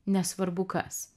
nesvarbu kas